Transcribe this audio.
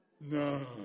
No